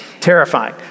terrifying